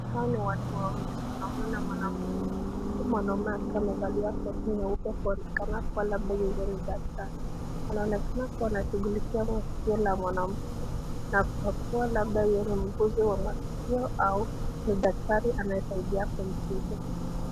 Hawa ni watu wawili, mwanaume na mwanamke, huju mwanume akiwa amevalia koti nyeupe kunyesha kuwa ni daktari , inaonekana kuwa anashughulikia skionla mwanamke na kwa kuwa labda yeye ni muuguzi wa maskio, au ni daktari anasaidia kumtibu.